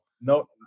no